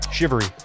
Shivery